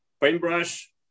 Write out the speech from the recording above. paintbrush